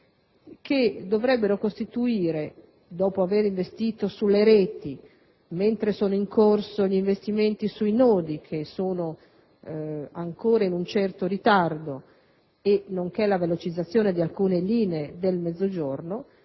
pendolari". Dopo aver investito sulle reti, mentre sono in corso gli investimenti sui nodi (che hanno ancora un certo ritardo), nonché la velocizzazione di alcune linee del Mezzogiorno,